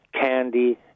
candy